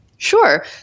Sure